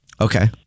Okay